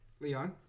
Leon